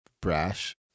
brash